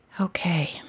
Okay